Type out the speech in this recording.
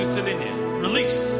Release